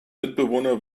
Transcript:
mitbewohner